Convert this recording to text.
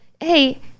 hey